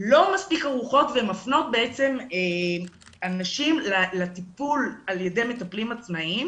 לא מספיק ערוכות והן מפנות אנשים לטיפול על ידי מטפלים עצמאיים.